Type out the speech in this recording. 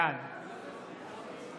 בעד